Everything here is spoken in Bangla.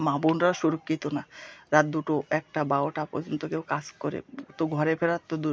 মা বোনরা সুরক্ষিত না রাত দুটো একটা বারোটা পর্যন্ত কেউ কাজ করে তো ঘরে ফেরার তো দূর